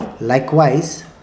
Likewise